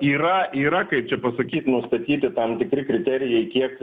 yra yra kaip čia pasakyt nustatyti tam tikri kriterijai kiek